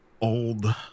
old